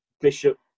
Bishop